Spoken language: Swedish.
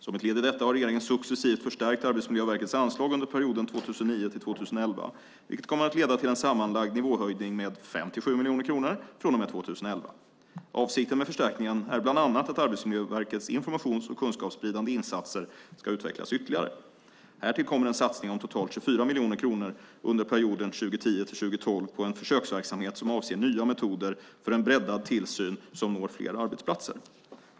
Som ett led i detta har regeringen successivt förstärkt Arbetsmiljöverkets anslag under perioden 2009-2011, vilket kommer att leda till en sammanlagd nivåhöjning med 57 miljoner kronor från och med 2011. Avsikten med förstärkningen är bland annat att Arbetsmiljöverkets informations och kunskapsspridande insatser ska utvecklas ytterligare. Härtill kommer en satsning om totalt 24 miljoner kronor under perioden 2010-2012 på en försöksverksamhet som avser nya metoder för en breddad tillsyn som når fler arbetsplatser.